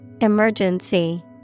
Emergency